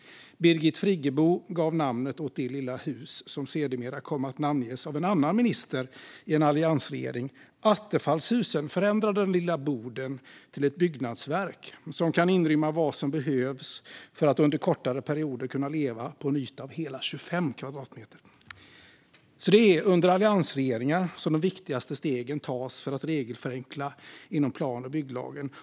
Birgit Friggebo gav namn åt det lilla hus som sedermera kom att namnges av en annan minister i en alliansregering. Attefallshuset innebar att den lilla boden blev ett byggnadsverk som kan inrymma vad som behövs för att man under kortare perioder ska kunna leva på en yta av hela 25 kvadratmeter. Det är alltså under alliansregeringar som de viktigaste stegen tas för att regelförenkla inom plan och bygglagen.